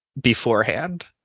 beforehand